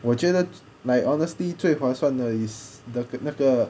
我觉得 like honestly 最划算的 is the 那个